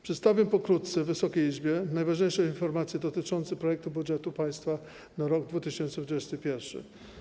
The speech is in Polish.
Przedstawię pokrótce Wysokiej Izbie najważniejsze informacje dotyczące projektu budżetu państwa na rok 2021.